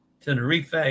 Tenerife